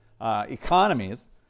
economies